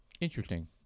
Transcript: Interesting